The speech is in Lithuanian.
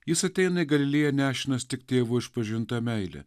jis ateina į galilėją nešinas tik tėvo išpažinta meile